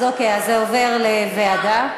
אוקיי, זה עובר לוועדה.